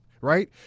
right